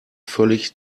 völlig